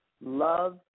love